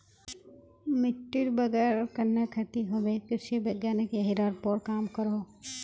मिटटीर बगैर कन्हे खेती होबे कृषि वैज्ञानिक यहिरार पोर काम करोह